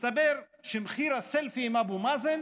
מסתבר שמחיר הסלפי עם אבו מאזן